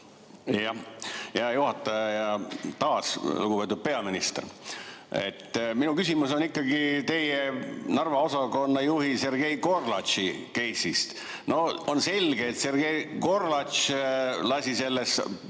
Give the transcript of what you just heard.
Hea juhataja! Ja taas lugupeetud peaminister! Minu küsimus on ikkagi teie Narva osakonna juhi Sergei Gorlatši keissi kohta. No on selge, et Sergei Gorlatš lasi selles